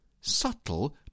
subtle